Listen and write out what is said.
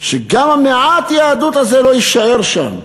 שגם מעט היהדות הזאת לא תישאר שם.